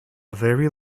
very